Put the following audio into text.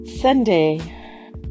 Sunday